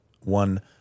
one